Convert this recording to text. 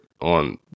on